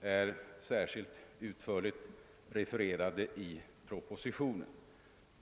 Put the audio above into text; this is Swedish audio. är emellertid särskilt utförligt refererade i propositionen.